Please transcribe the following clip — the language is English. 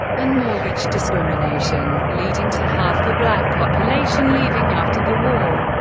and mortgage discrimination, leading to half the black population leaving after the war.